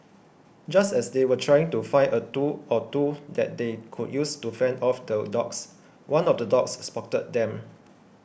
just as they were trying to find a tool or two that they could use to fend off the dogs one of the dogs spotted them